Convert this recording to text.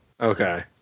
Okay